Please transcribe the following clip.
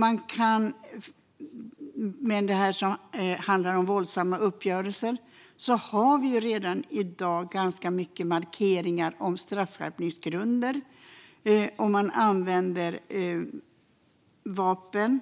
Vad gäller sådant som handlar om våldsamma uppgörelser har vi redan i dag ganska många markeringar om straffskärpningsgrunder, till exempel om man använder vapen,